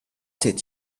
did